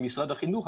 למשרד החינוך.